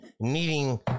needing